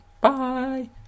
bye